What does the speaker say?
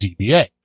DBA